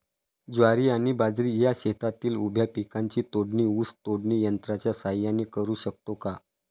ज्वारी आणि बाजरी या शेतातील उभ्या पिकांची तोडणी ऊस तोडणी यंत्राच्या सहाय्याने करु शकतो का?